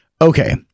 Okay